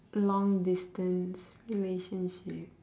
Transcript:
long distance relationship